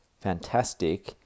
fantastic